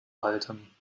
halten